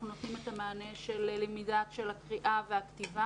אנחנו נותנים את המענה של למידה של הקריאה והכתיבה,